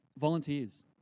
Volunteers